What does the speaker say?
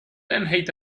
أنهيت